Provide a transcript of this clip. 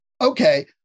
Okay